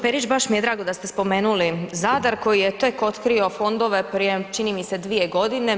Perić, baš mi je drago da ste spomenuli Zadar koji je tek otkrio fondove prije, čini mi se 2 godine.